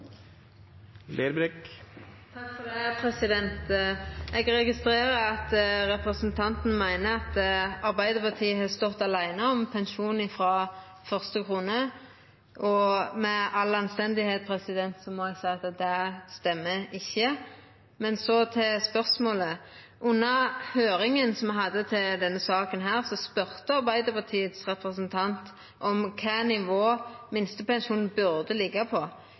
Eg registrerer at representanten meiner at Arbeidarpartiet har stått aleine om pensjon frå første krone. I all anstendigheit må eg seia at det stemmer ikkje. Men så til spørsmålet: Under høyringa som me hadde i denne saka, spurde Arbeidarpartiets representant om kva nivå minstepensjonen burde liggja på.